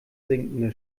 sinkende